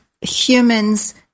humans